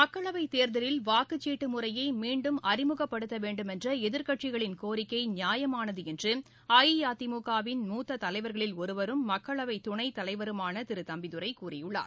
மக்களவைத் தேர்தலில் வாக்குச்சீட்டு முறையை மீண்டும் அறிமுகப்படுத்த வேண்டுமென்ற எதிர்க்கட்சிகளின் கோரிக்கை நியாயமானது என்று அஇஅதிமுக வின் மூத்த தலைவர்களில் ஒருவரும் மக்களவைத் துணைத் தலைவருமான திரு தம்பிதுரை கூறியுள்ளார்